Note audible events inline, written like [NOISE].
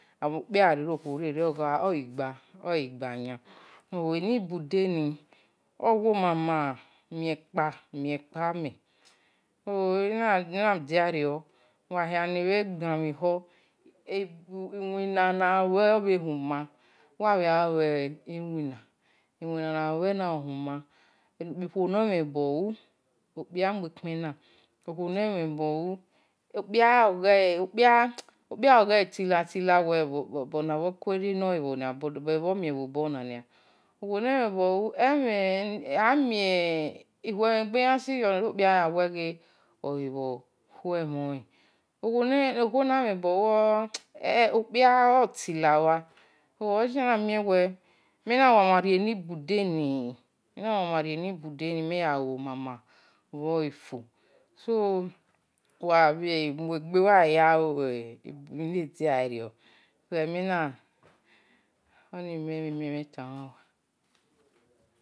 And okpia gha rie-re okhuo rie re oghi gbe, and eni-ibade ni omama rie-kpa men so emhin ghadiainior uwa gha damhen ehor, iwina, na-lue obhe huma, [UNINTELLIGIBLE] emhin gha dia-iria uwa lue-iwina, iwina na-luena ohama, khuo nee mhen ebola okpia muekpen na okpia oghele tiha-tila owe bobho-rie nohebho nia, bolebhe mien bho-bole nia okhuonmhen ebolu, okpia otila wa so ole zie men-na mama rie-eni ibude ni ni mhen wo ya-mama lue-le fo so uwa bhe muegbe nuwa ya lue mhen ne-dia rior oni [NOISE] oni men bhe we-nime ta-ma-uwa.